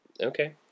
Okay